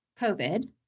COVID